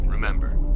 Remember